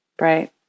Right